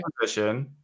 position